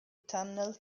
tunnel